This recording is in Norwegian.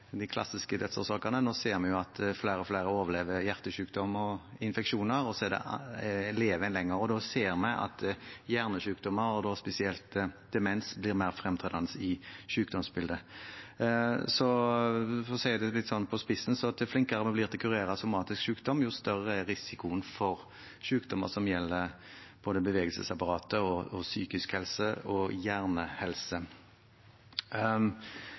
de klassiske dødsårsakene – men nå ser vi at flere og flere overlever hjertesykdom og infeksjoner og lever lenger. Da ser vi at hjernesykdommer, og spesielt demens, blir mer fremtredende i sykdomsbildet. Så for å sette det litt på spissen: Jo flinkere vi blir til å kurere somatisk sykdom, desto større er risikoen for sykdommer som gjelder bevegelsesapparatet, psykisk helse og